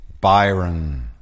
Byron